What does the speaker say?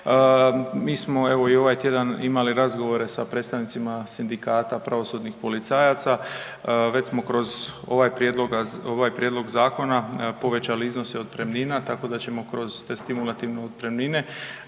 Mi smo evo i ovaj tjedan imali razgovore sa predstavnicima sindikata pravosudnih policajaca. Već smo kroz ovaj prijedlog, ovaj prijedlog zakona povećali iznose otpremnina tako da ćemo kroz te stimulativne otpremnine